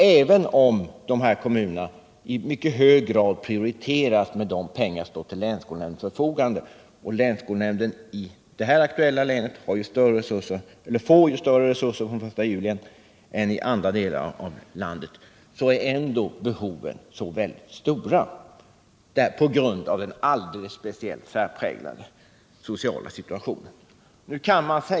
Även om kommunerna i mycket hög grad prioriteras med de pengar som står till länsskolnämndernas förfogande — länsskolnämnden i Botkyrka kommun, som jag nyss talade om, får ju från den 1 juli större resurser än länsskolnämnder i andra delar av landet — så är ändå behoven mycket stora på grund av den alldeles särpräglade och speciella sociala situationen i dessa kommuner.